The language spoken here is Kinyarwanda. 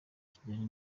kijyanye